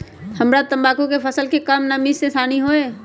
हमरा तंबाकू के फसल के का कम नमी से हानि होई?